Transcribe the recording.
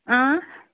اۭں